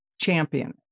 champion